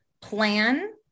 Plan